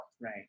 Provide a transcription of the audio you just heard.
right